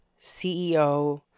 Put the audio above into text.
ceo